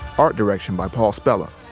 art direction by paul spella